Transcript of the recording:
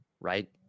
right